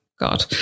God